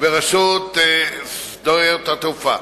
ורשות שדות התעופה.